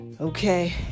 okay